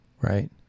right